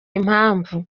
impamvu